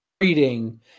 Reading